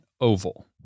oval